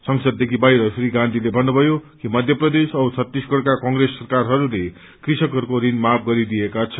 संसददेखि बाहिर श्री गान्धीले भन्नुभयो कि मध्यप्रदेश ाऔ छत्तीसगढ़का कंग्रेस सरकारहरूले कृषकहरूको ऋण मु गरिदिएका छन्